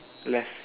left